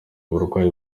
uburwayi